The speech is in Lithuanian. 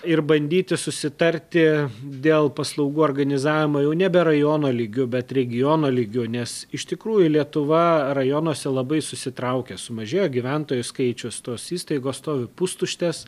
ir bandyti susitarti dėl paslaugų organizavimo jau nebe rajono lygiu bet regiono lygiu nes iš tikrųjų lietuva rajonuose labai susitraukė sumažėjo gyventojų skaičius tos įstaigos stovi pustuštės